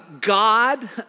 God